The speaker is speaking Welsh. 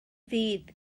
ddydd